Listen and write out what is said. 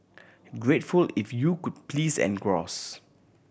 grateful if you could please engross